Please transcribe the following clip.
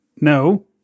no